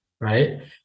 right